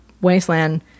Wasteland